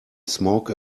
smoke